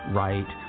right